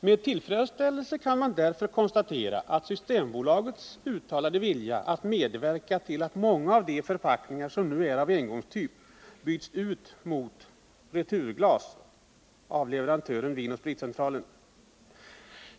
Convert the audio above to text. Med tillfredsställelse kan man därför konstatera Systembolagets uttalade vilja att medverka till att många av de förpackningar som nu är engångsglas byts ut mot returglas av leverantören Vinoch Spritcentralen.